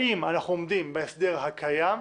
האם אנחנו עומדים בהסדר הקיים,